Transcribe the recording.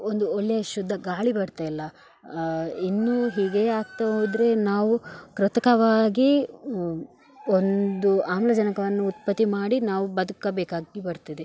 ಒಂದು ಒಳ್ಳೆಯ ಶುದ್ಧ ಗಾಳಿ ಬರ್ತಾಯಿಲ್ಲ ಇನ್ನು ಹೀಗೆಯೆ ಆಗ್ತಾ ಹೋದರೆ ನಾವು ಕೃತಕವಾಗಿ ಒಂದು ಆಮ್ಲಜನಕವನ್ನು ಉತ್ಪತ್ತಿ ಮಾಡಿ ನಾವು ಬದುಕಬೇಕಾಗಿ ಬರ್ತದೆ